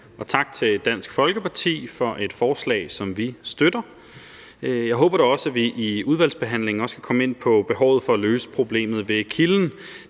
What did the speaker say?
og tak til Dansk Folkeparti for et forslag, som vi støtter. Jeg håber da også, at vi i udvalgsbehandlingen også kan komme ind på behovet for at løse problemet ved kilden.